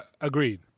agreed